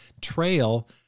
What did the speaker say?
trail